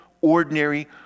ordinary